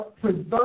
preserve